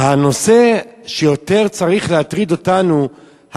הנושא שיותר צריך להטריד אותנו,